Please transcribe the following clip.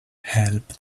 help